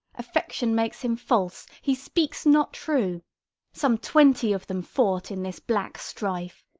affection makes him false, he speaks not true some twenty of them fought in this black strife,